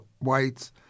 whites